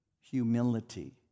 Humility